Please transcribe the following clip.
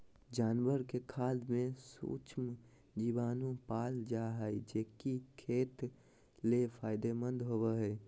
जानवर के खाद में सूक्ष्म जीवाणु पाल जा हइ, जे कि खेत ले फायदेमंद होबो हइ